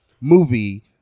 movie